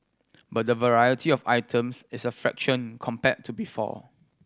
but the variety of items is a fraction compared to before